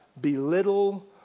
belittle